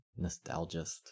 nostalgist